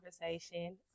conversation